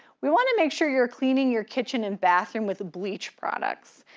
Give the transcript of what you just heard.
we wanna make sure you're cleaning your kitchen and bathroom with the bleach products.